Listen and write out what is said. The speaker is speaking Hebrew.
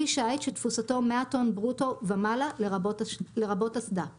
כלי שיט שתפוסתו 400 טון ברוטו ומעלה לרבות אסדה;